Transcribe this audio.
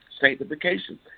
sanctification